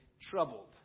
troubled